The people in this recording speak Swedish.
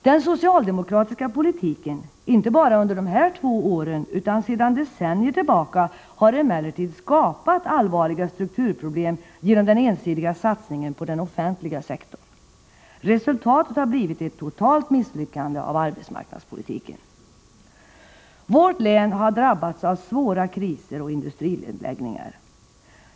Den socialdemokratiska politiken — inte bara under de här två åren utan sedan decennier — har emellertid skapat allvarliga strukturproblem genom den ensidiga satsningen på den offentliga sektorn. Resultatet har blivit ett totalt misslyckande av arbetsmarknadspolitiken. Vårt län har drabbats av svåra kriser och industrinedläggningar.